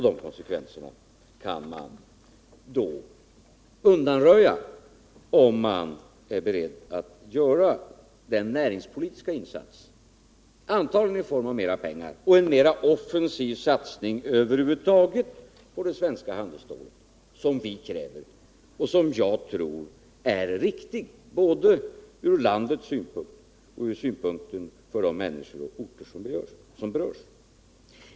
Dessa konsekvenser kan man undanröja, om man är beredd att göra en näringspolitisk insats. Antagligen kräver detta mera pengar och en mera offensiv satsning över huvud taget på det svenska handelsstålet, något som vi kräver och som jag tror är riktigt både ur landets synvinkel och med tanke på de människor som berörs.